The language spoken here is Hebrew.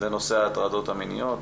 לנושא ההטרדות המיניות,